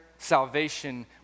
salvation